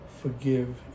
forgive